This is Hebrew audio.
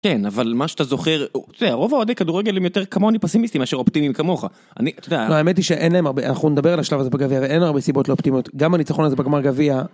כן אבל מה שאתה זוכר זה רוב אוהדי כדורגלים יותר כמוני פסימיסטים אשר אופטימים כמוך אני אתה יודע, האמת היא שאין להם הרבה אנחנו נדבר על השלב הזה בגבי הרי אין הרבה סיבות לאופטימות גם הניצחון הזה בגמר גביע.